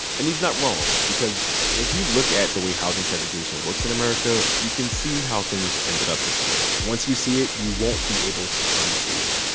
and he's not wrong, because if you look at the way housing segregation works in america you can see how things ended up this way. once you see it, you won't be able to unsee it.